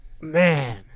Man